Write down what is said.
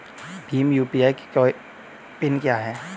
Bhim UPI PIN क्या है?